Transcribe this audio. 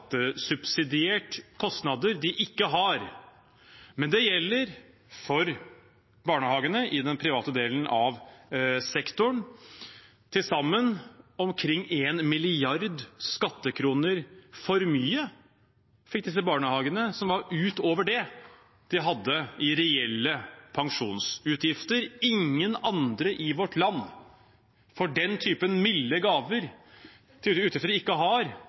kostnader de ikke har, men det gjelder for barnehagene i den private delen av sektoren. Til sammen fikk disse barnehagene omkring en milliard skattekroner for mye – utover det de hadde i reelle pensjonsutgifter. Ingen andre i vårt land får den typen milde gaver til utgifter de ikke har,